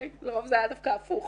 לרוב זה היה הפוך.